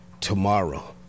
tomorrow